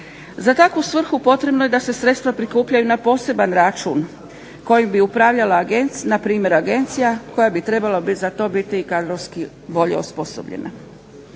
Za takvu svrhu potrebno je da se sredstva prikupljaju na poseban račun koji bi upravljala na primjer agencija koja bi trebala za to biti kadrovski bolje osposobljena.